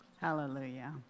Hallelujah